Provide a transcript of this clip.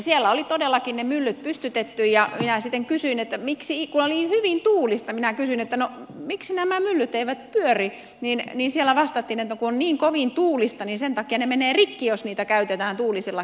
siellä oli todellakin ne myllyt pystytetty ja minä sitten kysyin kun oli hyvin tuulista että miksi nämä myllyt eivät pyöri ja siellä vastattiin että kun on niin kovin tuulista niin sen takia ne menevät rikki jos niitä käytetään tuulisella kelillä